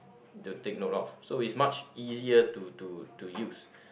to take note of so it's much easier to to to use